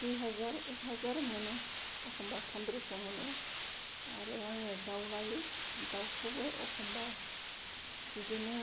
दुइ हाजार एक हाजार मोनो एखम्बा पनद्रस' मोनो आरो आङो दाउ लायो दाउखौबो एखम्बा बिदिनो